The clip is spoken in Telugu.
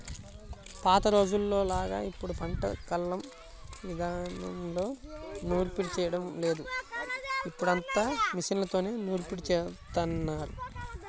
పాత రోజుల్లోలాగా ఇప్పుడు పంట కల్లం ఇదానంలో నూర్పిడి చేయడం లేదు, ఇప్పుడంతా మిషన్లతోనే నూర్పిడి జేత్తన్నారు